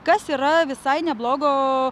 kas yra visai neblogo